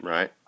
Right